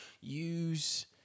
Use